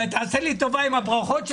תעשה לי טובה עם הברכות שלך.